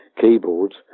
keyboards